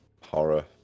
horror